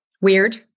weird